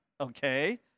Okay